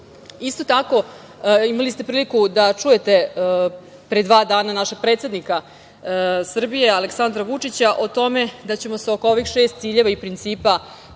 tako, imali ste priliku da čujete pre dva dana našeg predsednika Srbije, Aleksandra Vučića, o tome da ćemo se oko ovih šest ciljeva i principa,